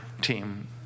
team